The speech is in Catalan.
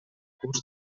curs